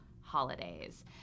holidays